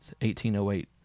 1808